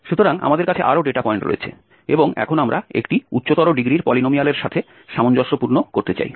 সুতরাং আমাদের কাছে আরও ডেটা পয়েন্ট রয়েছে এবং এখন আমরা একটি উচ্চতর ডিগ্রির পলিনোমিয়ালের সাথে সামঞ্জস্যপূর্ণ করতে চাই